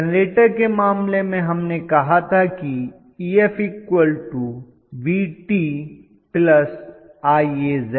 generator के मामले में हमने कहा था कि Ef Vt IaZs